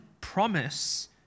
promise